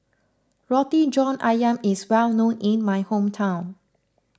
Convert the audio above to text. Roti John Ayam is well known in my hometown